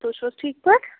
تُہۍ چھُو حظ ٹھیٖک پٲٹھۍ